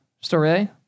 story